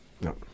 No